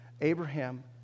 Abraham